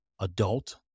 adult